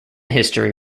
history